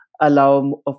allow